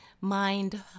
mind